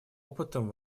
опытом